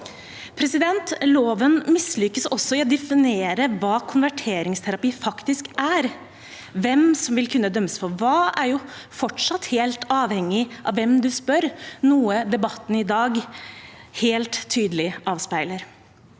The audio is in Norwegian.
privatliv. Loven mislykkes også i å definere hva konverteringsterapi faktisk er. Hvem som vil kunne dømmes for hva, er fortsatt helt avhengig av hvem du spør, noe debatten i dag helt tydelig avspeiler.